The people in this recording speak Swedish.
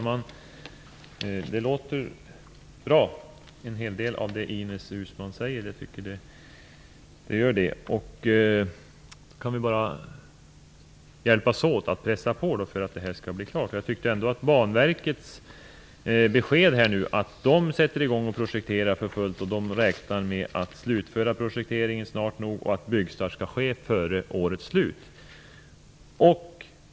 Fru talman! En hel del av det Ines Uusmann säger låter bra. Vi kan väl då hjälpas åt att pressa på för att det här skall bli klart. Banverket har ju givit besked om att man sätter i gång och projekterar för fullt och räknar med att slutföra projekteringen snart och att byggstart skall ske före årets slut.